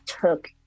took